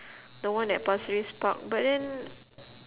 the one at pasir ris park but then